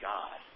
God